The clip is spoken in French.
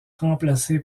remplacé